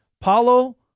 Paulo